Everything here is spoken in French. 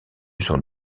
son